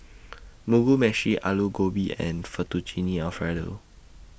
Mugi Meshi Alu Gobi and Fettuccine Alfredo